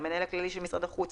המנהל הכללי של משרד החוץ,